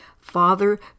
Father